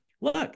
look